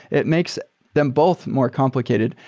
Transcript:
it makes them both more complicated.